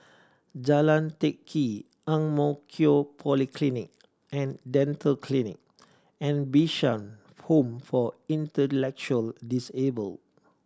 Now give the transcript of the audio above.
Jalan Teck Kee Ang Mo Kio Polyclinic and Dental Clinic and Bishan Home for Intellectually Disabled